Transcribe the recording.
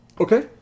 Okay